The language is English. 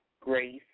grace